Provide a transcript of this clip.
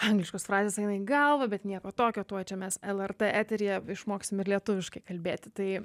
angliškos frazės eina į galvą bet nieko tokio tuoj čia mes lrt eteryje išmoksim ir lietuviškai kalbėti tai